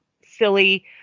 silly